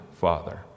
father